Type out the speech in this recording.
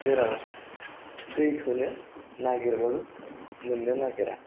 जेराव दैखौनो नागिरबाबो मोन्नो नागिरा